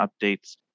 updates